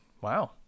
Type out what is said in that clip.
Wow